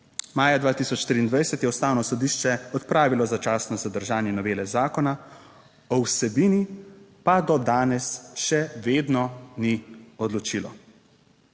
Maja 2023 je Ustavno sodišče odpravilo začasno zadržanje novele zakona, o vsebini pa do danes še vedno ni odločilo.